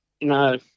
No